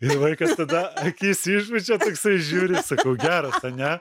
ir vaikas tada akis išpučia toksai žiūri sakau geras ane